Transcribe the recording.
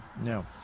No